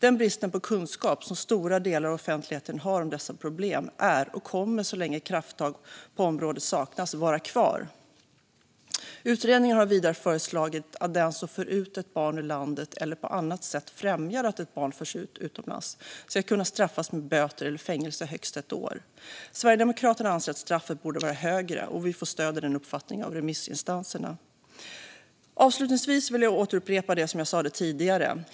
Den brist på kunskap som stora delar av offentligheten har om dessa problem kommer att vara kvar så länge krafttag på området saknas. Utredningen har vidare föreslagit att den som för ut ett barn ur landet eller på annat sätt främjar att ett barn förs utomlands ska kunna straffas med böter eller fängelse i högst ett år. Sverigedemokraterna anser att straffet borde vara högre, och vi får stöd för den uppfattningen av remissinstanserna. Avslutningsvis vill jag återupprepa det som jag sa tidigare.